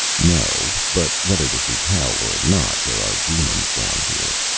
no, but whether this is hell or not, there are demons down here.